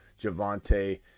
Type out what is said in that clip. Javante